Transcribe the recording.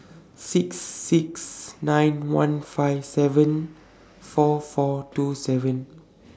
six six nine one five seven four four two seven